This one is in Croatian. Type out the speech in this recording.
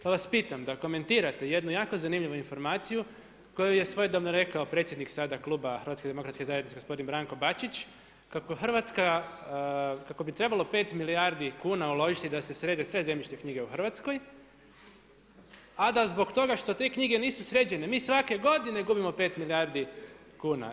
Pa vas pitam da komentirate jednu jako zanimljivu informaciju koje je svojedobno rekao predsjednik sada kluba HDZ-a gospodin Branko Bačić, kako Hrvatska, kako bi trebalo 5 milijardi kuna uložiti da se srede sve zemljišne knjige u Hrvatskoj a da zbog toga što te knjige nisu sređene mi svake godine gubio 5 milijardi kuna.